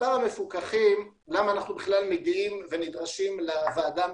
למה אנחנו בכלל נדרשים לוועדה המשותפת?